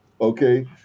okay